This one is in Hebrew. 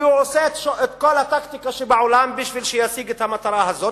והוא עושה את כל הטקטיקה שבעולם בשביל להשיג את המטרה הזאת,